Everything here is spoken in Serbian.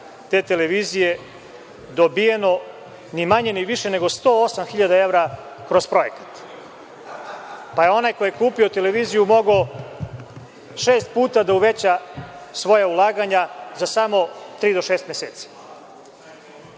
te televizije dobijeno je, ni manje ni više, 108.000 evra kroz projekat. Onaj ko je kupio televiziju je mogao šest puta da uveća svoja ulaganja za samo tri do šest meseci.